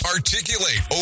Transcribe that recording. Articulate